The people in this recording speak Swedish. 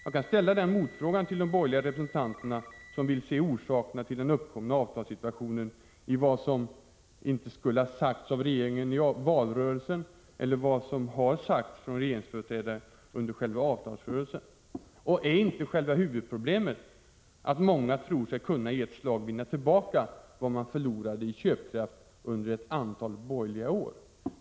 Jag kan ställa den motfrågan till de borgerliga representanter som vill se orsakerna till den uppkomna avtalssituationen i vad som inte skulle ha sagts av regeringen i valrörelsen eller vad som har sagts av regeringsföreträdare i själva avtalsrörelsen. Är inte själva huvudproblemet att många tror sig i ett slag kunna vinna tillbaka det man förlorade i köpkraft under ett antal borgerliga år?